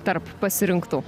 tarp pasirinktų